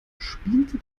spielte